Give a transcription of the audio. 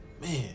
Man